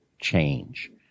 change